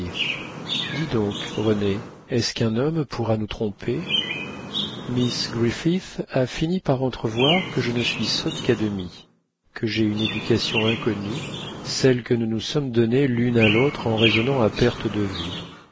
renée est-ce qu'un homme pourra nous tromper miss griffith a fini par entrevoir que je ne suis sotte qu'à demi que j'ai une éducation inconnue celle que nous nous sommes donnée l'une à l'autre en raisonnant à perte de vue